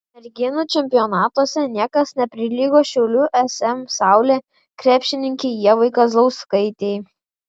merginų čempionatuose niekas neprilygo šiaulių sm saulė krepšininkei ievai kazlauskaitei